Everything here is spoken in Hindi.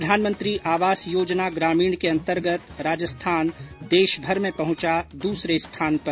प्रधानमंत्री आवास योजना ग्रामीण के अन्तर्गत राजस्थान देशभर में पहुंचा दूसरे स्थान पर